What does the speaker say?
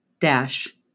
dash